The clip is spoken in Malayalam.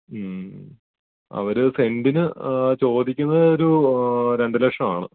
അവര് സെൻ്റിന് ചോദിക്കുന്നത് ഒരു രണ്ട് ലക്ഷമാണ്